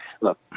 Look